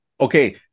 Okay